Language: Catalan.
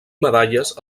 medalles